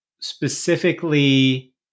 specifically